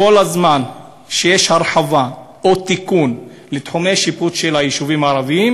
כל הזמן כשיש הרחבה או תיקון של תחומי שיפוט של היישובים הערביים,